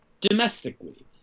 domestically